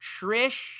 Trish